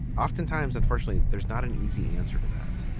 oftentimes, unfortunately, there's not an easy answer to that.